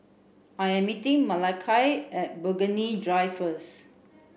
I am meeting Malakai at Burgundy Drive first